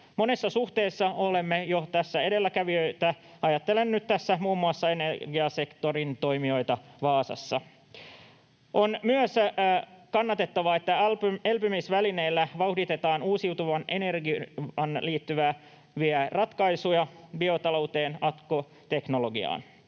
Monessa suhteessa olemme tässä jo edelläkävijöitä. Ajattelen nyt tässä muun muassa energiasektorin toimijoita Vaasassa. On myös kannatettavaa, että elpymisvälineellä vauhditetaan uusiutuvaan energiaan, biotalouteen, akkuteknologiaan